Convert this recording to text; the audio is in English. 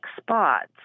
spots